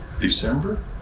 December